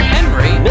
Henry